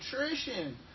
nutrition